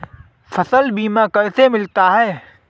फसल बीमा कैसे मिलता है?